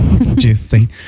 juicy